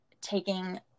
taking